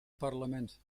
parlement